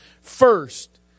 first